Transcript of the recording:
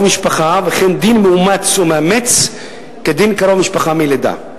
משפחה וכן דין מאומץ או מאמץ כדין קרוב משפחה מלידה,